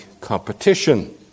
competition